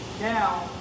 now